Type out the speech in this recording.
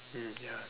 mm ya